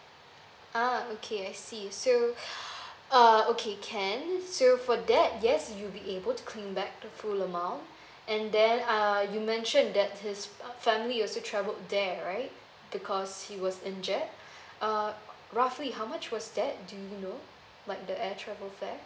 ah okay I see so uh okay can so for that yes you'll be able to claim back the full amount and then uh you mentioned that his family also travelled there right because he was injured uh roughly how much was that do you know like the air travel fare